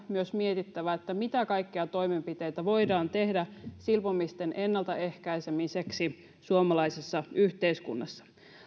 myös mietittävä mitä kaikkia toimenpiteitä voidaan tehdä silpomisten ennaltaehkäisemiseksi suomalaisessa yhteiskunnassa